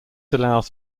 allows